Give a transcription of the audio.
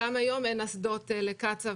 גם היום אין אסדות לקצא"א,